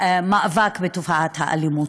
מאבק בתופעת האלימות,